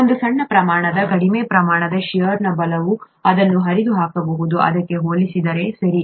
ಒಂದು ಸಣ್ಣ ಪ್ರಮಾಣದ ಕಡಿಮೆ ಪ್ರಮಾಣದ ಷೇರ್ನ ಬಲವು ಇದನ್ನು ಹರಿದು ಹಾಕಬಹುದು ಇದಕ್ಕೆ ಹೋಲಿಸಿದರೆ ಸರಿ